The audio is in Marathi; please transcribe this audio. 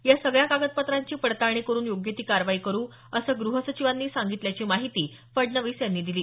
या सगळ्या कागदपत्रांची पडताळणी करून योग्य ती कारवाई करू असं गृहसचिवांनी सांगितल्याची माहिती फडणवीस यांनी दिली